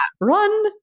Run